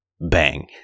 bang